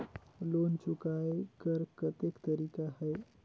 Loan चुकाय कर कतेक तरीका है?